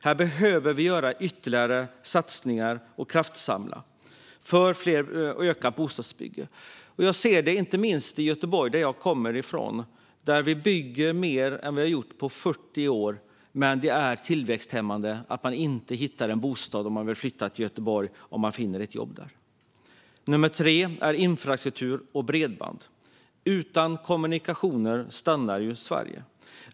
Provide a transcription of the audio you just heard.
Här behöver vi göra ytterligare satsningar och kraftsamla för ett ökat bostadsbyggande. I Göteborg, som jag kommer från, bygger vi mer än vad vi har gjort på 40 år. Men det är tillväxthämmande att man inte hittar en bostad om man vill flytta till Göteborg om man finner ett jobb där. Nummer tre är infrastruktur och bredband. Utan kommunikationer stannar ju Sverige.